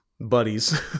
buddies